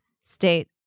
state